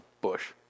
bush